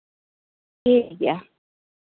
ᱴᱷᱤᱠ ᱜᱮᱭᱟ